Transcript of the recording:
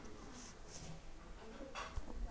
ಸೀಮೆ ಬದನೆಕಾಯಿ ಮತ್ತು ನಾಟಿ ಬದನೆಕಾಯಿ ಅನ್ನೂ ಎರಡು ವಿಧಗಳಿವೆ